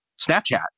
Snapchat